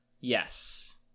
Yes